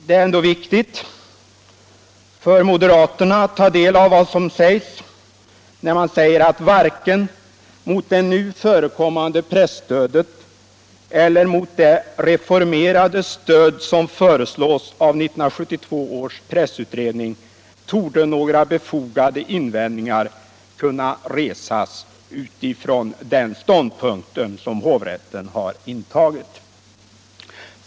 Det är ändå viktigt för moderaterna att ta del av det som sägs, att varken mot det nu förekommande presstödet eller mot det reformerade stöd som föreslås av 1972 års pressutredning torde några befogade invändningar kunna resas utifrån den ståndpunkt som hovrätten har intagit.